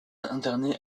internés